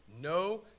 no